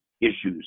issues